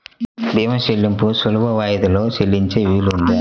భీమా చెల్లింపులు సులభ వాయిదాలలో చెల్లించే వీలుందా?